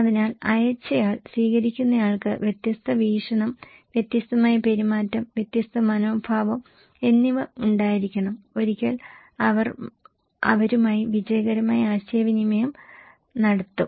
അതിനാൽ അയച്ചയാൾ സ്വീകരിക്കുന്നയാൾക്ക് വ്യത്യസ്ത വീക്ഷണം വ്യത്യസ്തമായ പെരുമാറ്റം വ്യത്യസ്ത മനോഭാവം എന്നിവ ഉണ്ടായിരിക്കണം ഒരിക്കൽ അവർ അവരുമായി വിജയകരമായി ആശയവിനിമയം നടത്തും